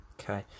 Okay